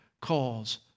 calls